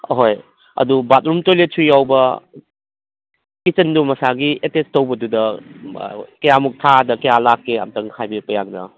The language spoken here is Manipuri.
ꯑꯍꯣꯏ ꯑꯗꯨ ꯕꯥꯠꯔꯨꯝ ꯇꯣꯏꯂꯦꯠꯁꯨ ꯌꯥꯎꯕ ꯀꯤꯠꯆꯟꯗꯨ ꯃꯁꯥꯒꯤ ꯑꯦꯇꯦꯁ ꯇꯧꯕꯗꯨꯗ ꯀꯌꯥꯃꯨꯛ ꯊꯥꯗ ꯀꯌꯥ ꯂꯥꯛꯀꯦ ꯑꯝꯇꯪ ꯍꯥꯏꯕꯤꯔꯛꯄ ꯌꯥꯒꯗ꯭ꯔꯣ